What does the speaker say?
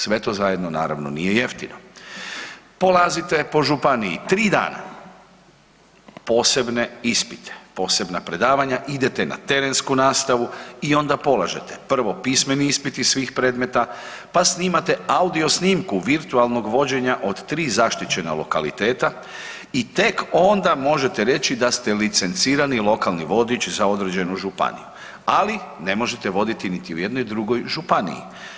Sve to zajedno, naravno nije jeftino, polazite po županiji tri dana posebne ispite, posebna predavanja, idete na terensku nastavu i onda polažete prvo pismeni ispit iz svih predmeta, pa snimate audiosnimku virtualnog vođenja od tri zaštićena lokaliteta i tek onda možete reći da ste licencirani lokalni vodič za određenu županiju, ali ne možete voditi niti u jednoj drugoj županiji.